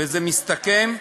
וזה מסתכם,